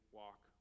walk